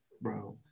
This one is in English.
Bro